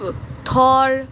Thar